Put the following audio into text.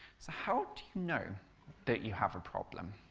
so how do you know that you have a problem?